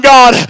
God